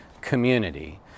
community